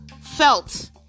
felt